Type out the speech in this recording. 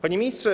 Panie Ministrze!